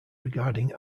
regarding